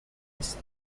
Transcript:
است